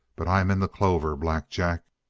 but i'm in the clover, black jack.